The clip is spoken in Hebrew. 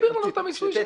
לנו את המיסוי.